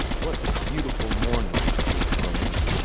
what a beautiful morning! he exclaimed.